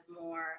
more